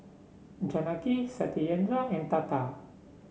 Janaki Satyendra and Tata